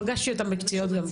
פגשתי אותם בקציעות גם,